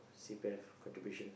C_P_F contributions